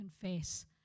confess